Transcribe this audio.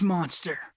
Monster